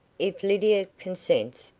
if lydia consents,